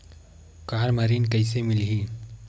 Car म ऋण कइसे मिलही?